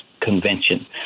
convention